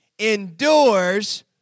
endures